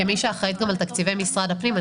כמי שאחראית גם על תקציבי משרד הפנים,